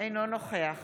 אינו נוכח